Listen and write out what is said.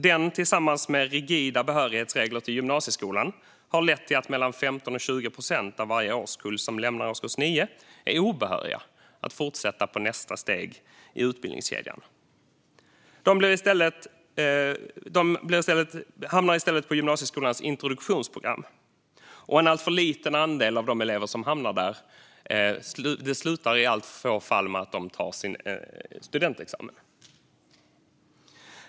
Den, tillsammans med rigida behörighetsregler till gymnasieskolan, har lett till att mellan 15 och 20 procent av varje årskull som lämnar årskurs 9 är obehöriga att fortsätta på nästa steg i utbildningskedjan. De hamnar i stället på gymnasieskolans introduktionsprogram, och en alltför liten andel av de elever som hamnar där tar till slut sin studentexamen.